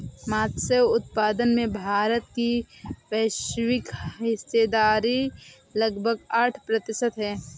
मत्स्य उत्पादन में भारत की वैश्विक हिस्सेदारी लगभग आठ प्रतिशत है